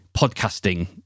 podcasting